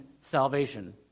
salvation